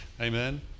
Amen